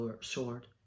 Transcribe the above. sword